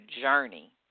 journey